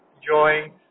enjoying